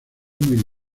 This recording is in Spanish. muy